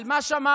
על מה שמרתם?